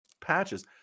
patches